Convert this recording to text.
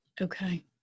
Okay